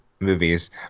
movies